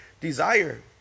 desire